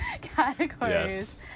categories